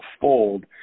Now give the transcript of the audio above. fold